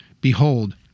Behold